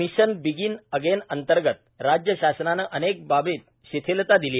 mission begin again अंतर्गत राज्य शासनाने अनेक बाबीत शिथिलता दिली